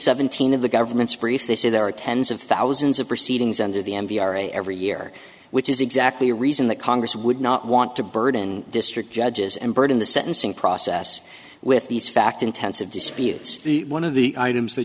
seventeen of the government's brief they say there are tens of thousands of proceedings under the n p r every year which is exactly the reason that congress would not want to burden district judges and burden the sentencing process with these fact intensive disputes the one of the items that